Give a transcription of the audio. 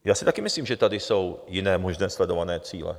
Já si taky myslím, že tady jsou jiné možné sledované cíle.